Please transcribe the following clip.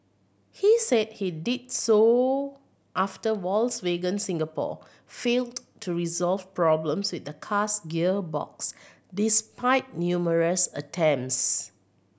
he said he did so after Volkswagen Singapore failed to resolve problems with the car's gearbox despite numerous attempts